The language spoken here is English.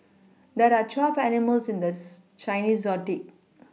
there are twelve animals in the Chinese zodiac